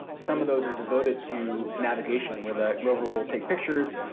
some of those are devoted to navigation where the rover will take pictures,